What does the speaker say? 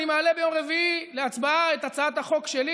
אני מעלה ביום רביעי להצבעה את הצעת החוק שלי,